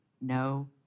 no